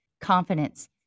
confidence